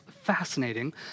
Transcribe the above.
Fascinating